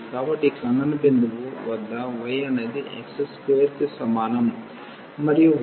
కాబట్టి ఈ ఖండన బిందువు వద్ద y అనేది x2 కి సమానం మరియు y అనేది x2 కి సమానం